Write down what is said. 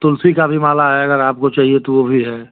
तुलसी की भी माला है अगर आपको चाहिए तो वह भी है